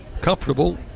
comfortable